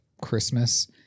Christmas